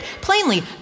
plainly